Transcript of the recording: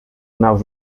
naus